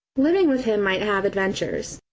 living with him might have adventures.